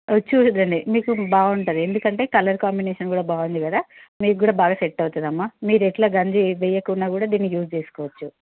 ఇది చూడండి ఇది మీకు బాగుంటుంది ఎందుకంటే కలర్ కాంబినేషన్ కూడా బాగుంది కదా మీకు కూడా బాగా సెట్ అవుతుంది అమ్మ మీరు ఎట్ల గంజి వేయకున్న కూడా దీన్ని యూజ్ చేసుకోవచ్చు